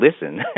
listen